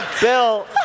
Bill